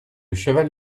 cheval